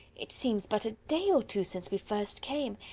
it seems but a day or two since we first came!